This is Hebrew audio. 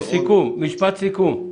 משפט סיכום.